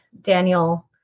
Daniel